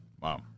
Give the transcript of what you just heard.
Wow